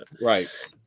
Right